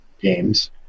games